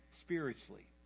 spiritually